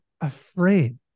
afraid